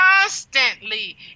constantly